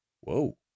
Whoa